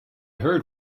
heard